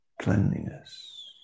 cleanliness